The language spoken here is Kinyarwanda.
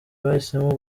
bahisemo